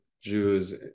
Jews